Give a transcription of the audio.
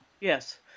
Yes